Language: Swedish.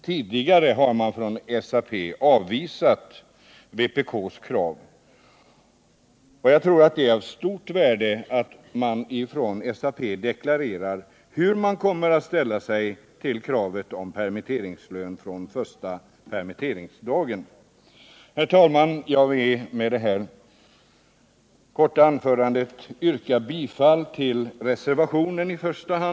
Tidigare har SAP avvisat detta vpk:s krav. Jag tror att det är av stort värde att SAP deklarerar hur man kommer att ställa sig till kravet om permitteringslön från första permitteringsdagen. Herr talman! Med det här korta anförandet yrkar jag bifall till reservationen.